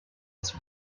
zum